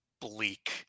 bleak